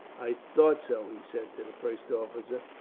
i thought so, he said to the first officer.